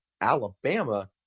Alabama